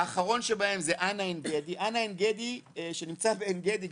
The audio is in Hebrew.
האחרון שבהם הוא אנ"א עין גדי שנמצא בעין גדי,